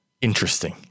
interesting